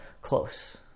close